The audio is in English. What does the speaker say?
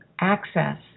access